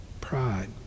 pride